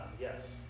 yes